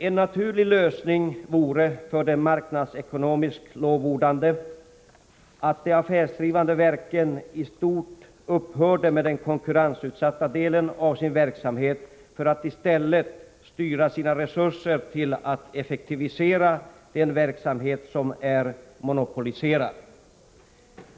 En naturlig lösning vore, för den marknadsekonomiskt lovordande, att de affärsdrivande verken i stort upphörde med den konkurrensutsatta delen av sin verksamhet för att i stället styra sina resurser till att effektivisera den verksamhet som är monopoliserad.